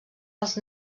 els